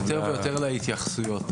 ויותר להתייחסויות.